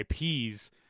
IPs